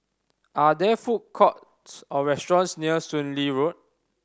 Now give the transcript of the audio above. are there food courts or restaurants near Soon Lee Road